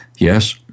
Yes